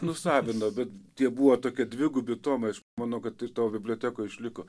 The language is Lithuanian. nusavino bet tie buvo tokie dvigubi tomai aš manau kad ir toj bibliotekoj išliko